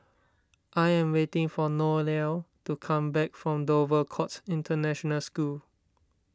I am waiting for Noelia to come back from Dover Court International School